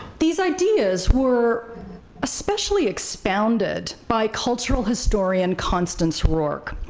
these ideas were especially expounded by cultural historian constance rourke,